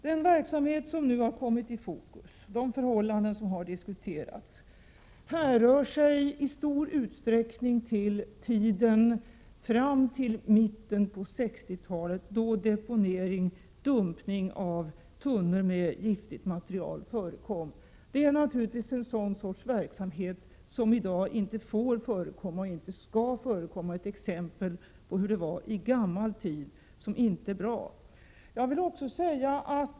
Den verksamhet som nu har kommit i fokus och de förhållanden som har diskuterats härrör i stor utsträckning från tiden fram till mitten av 60-talet, då deponering — dumpning — av tunnor med giftigt material förekom. Det är en sådan verksamhet som i dag naturligtvis inte får förekomma och inte skall förekomma — ett exempel på hur det var i gammal tid som inte är bra.